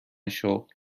شغل